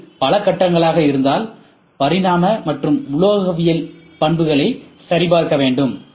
இது பல கட்டங்களாக இருந்தால் பரிமாண மற்றும் உலோகவியல் பண்புகளை சரிபார்க்க வேண்டும்